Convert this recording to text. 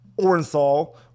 Orenthal